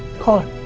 call her.